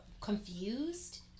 confused